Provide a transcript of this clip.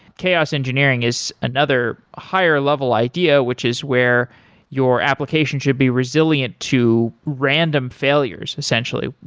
chaos engineering is another higher level idea, which is where your application should be resilient to random failures essentially.